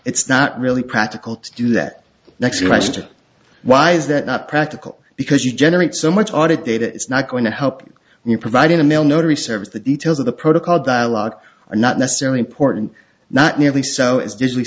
it's not really practical to do that next question why is that not practical because you generate so much audit data it's not going to help you provided a mail notary service the details of the protocol dialog are not necessarily important not nearly so it's jus